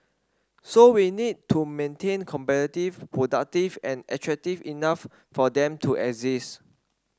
so we need to maintain competitive productive and attractive enough for them to exist